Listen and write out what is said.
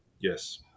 Yes